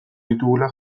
ditugula